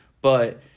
But-